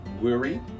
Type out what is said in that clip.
weary